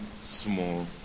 small